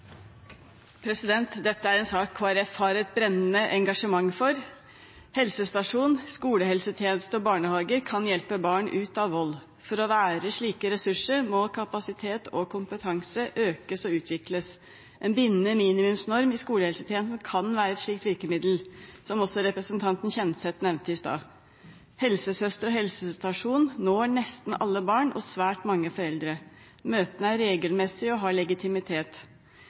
Dette er en sak Kristelig Folkeparti har et brennende engasjement for. Helsestasjon, skolehelsetjeneste og barnehage kan hjelpe barn ut av vold. For å være slike ressurser må kapasitet og kompetanse økes og utvikles. En bindende minimumsnorm i skolehelsetjenesten kan være et slikt virkemiddel, som også representanten Kjenseth nevnte i stad. Helsesøster og helsestasjon når nesten alle barn og svært mange foreldre. Møtene er regelmessige og har legitimitet.